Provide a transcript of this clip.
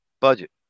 Budget